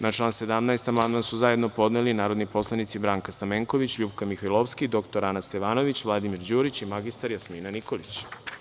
Na član 17. amandman su zajedno podneli narodni poslanici Branka Stamenković, LJupka Mihajlovska, dr Ana Stevanović, Vladimir Đurić i mr Jasmina Nikolić.